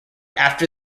after